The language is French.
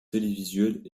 télévisuelles